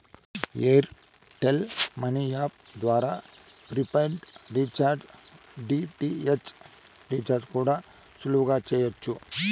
air tell money app ద్వారా prepaid recharge, DTH recharge కూడా సులువుగా చెయ్యచ్చు